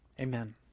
Amen